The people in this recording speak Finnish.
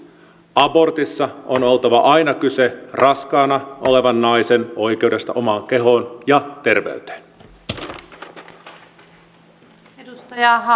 abortissa on oltava aina kyse raskaana olevan naisen oikeudesta omaan kehoon ja terveyteen